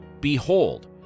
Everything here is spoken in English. Behold